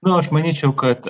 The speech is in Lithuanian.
nu aš manyčiau kad